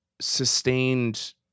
sustained